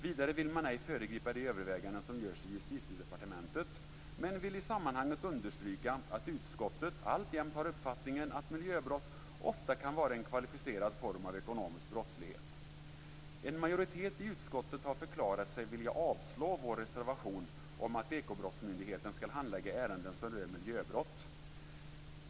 Vidare vill man ej föregripa de överväganden som görs inom Justitiedepartementet men vill i sammanhanget understryka att utskottet alltjämt har uppfattningen att miljöbrott ofta kan vara en kvalificerad form av ekonomisk brottslighet. En majoritet i utskottet har förklarat sig vilja avslå vår reservation om att Ekobrottsmyndigheten skall handlägga ärenden som rör miljöbrott.